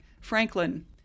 Franklin